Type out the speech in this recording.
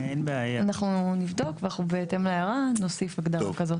אנחנו נבדוק ואנחנו בהתאם להערה נוסיף הגדרה כזאת.